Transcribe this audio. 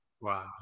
wow